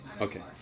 Okay